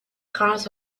cards